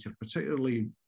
particularly